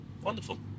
Wonderful